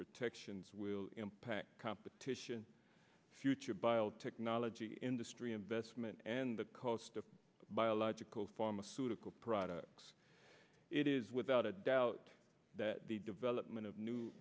protections will impact competition future biotechnology industry investment and the cost of biological pharmaceutical products it is without a doubt that the development of new